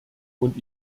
und